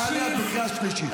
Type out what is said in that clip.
טוב, טלי, את בקריאה שלישית.